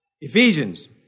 Ephesians